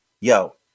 Yo